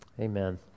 Amen